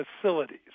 facilities